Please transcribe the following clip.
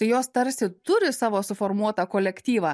tai jos tarsi turi savo suformuotą kolektyvą